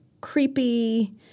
creepy